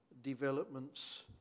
Developments